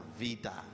vida